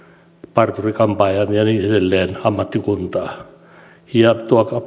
parturi kampaajan ja niin edelleen ammattikuntaa tuo